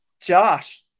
Josh